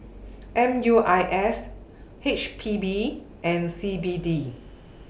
M U I S H P B and C B D